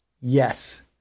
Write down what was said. Yes